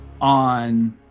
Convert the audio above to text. on